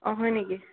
অঁ হয় নেকি